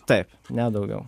taip ne daugiau